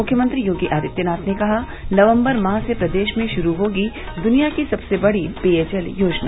मुख्यमंत्री योगी आदित्यनाथ ने कहा नवम्बर माह से प्रदेष में षुरू होगी दुनिया की सबसे बड़ी पेय जल योजना